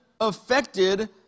affected